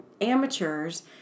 amateurs